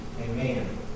Amen